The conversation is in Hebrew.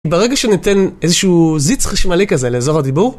ברגע שניתן איזשהו זיץ חשמלי כזה לאזור הדיבור